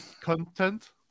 content